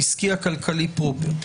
העסקי הכלכלי פה.